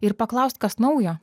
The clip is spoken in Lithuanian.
ir paklaust kas naujo